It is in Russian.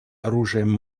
оружием